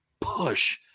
push